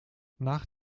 nach